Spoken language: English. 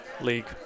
league